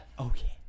Okay